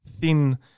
thin